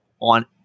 on